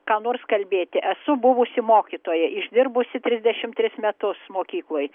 ką nors kalbėti esu buvusi mokytoja išdirbusi trisdešimt tris metus mokykloj